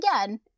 again